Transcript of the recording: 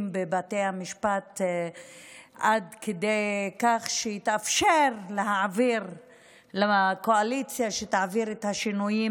בבתי המשפט עד שיתאפשר לקואליציה להעביר את השינויים